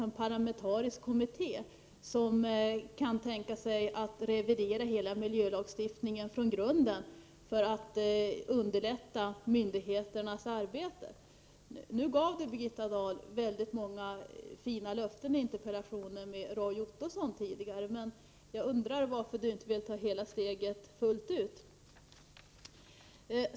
en parlamentarisk kommitté som kan tänka sig att revidera hela miljölagstiftningen från grunden, för att underlätta myndigheternas arbete. Birgitta Dahl gav väldigt många fina löften i interpellationsdebatten med Roy Ottosson tidigare, men jag undrar varför hon inte vill ta steget fullt ut.